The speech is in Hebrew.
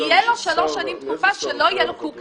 יהיה לו שלוש שנים תקופה שלא יהיה לו, כי הוא קטן.